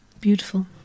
beautiful